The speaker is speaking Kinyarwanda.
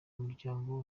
umuryango